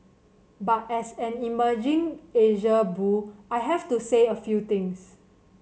but as an emerging Asia bull I have to say a few things